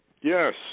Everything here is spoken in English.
Yes